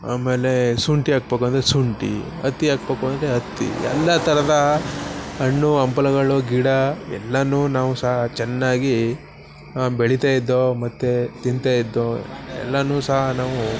ಆಮೇಲೇ ಶುಂಠಿ ಹಾಕ್ಬೇಕು ಅಂದರೆ ಶುಂಠಿ ಹತ್ತಿ ಹಾಕ್ಬೇಕು ಅಂದರೆ ಹತ್ತಿ ಎಲ್ಲ ಥರದ ಹಣ್ಣು ಹಂಪಲುಗಳು ಗಿಡ ಎಲ್ಲಾ ನಾವು ಸಹ ಚೆನ್ನಾಗಿ ಬೆಳೀತ ಇದ್ದೋ ಮತ್ತು ತಿಂತಾ ಇದ್ದೋ ಎಲ್ಲ ಸಹ ನಾವು